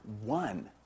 one